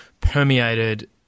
permeated